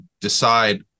decide